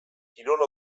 kirol